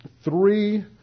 three